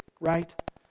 right